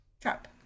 trap